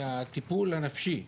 מהטיפול הנפשי,